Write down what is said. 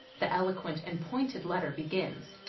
the eloquent and pointed letter begins.